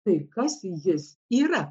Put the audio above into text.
tai kas jis yra